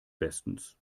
bestens